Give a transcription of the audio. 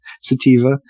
sativa